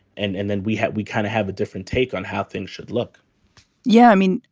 and and then we have we kind of have a different take on how things should look yeah. i mean,